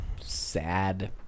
sad